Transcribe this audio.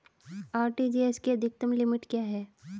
RTGS की अधिकतम limit क्या है?